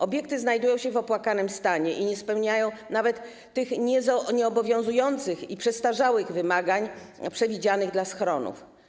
Obiekty znajdują się w opłakanym stanie i nie spełniają nawet tych nieobowiązujących i przestarzałych wymagań przewidzianych dla schronów.